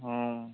ହୁଁ